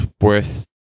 worth